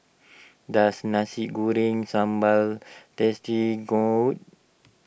does Nasi Goreng Sambal tasty good